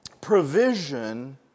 provision